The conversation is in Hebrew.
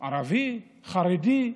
ערבי, חרדי,